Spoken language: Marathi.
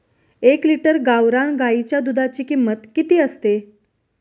एक लिटर गावरान गाईच्या दुधाची किंमत किती असते?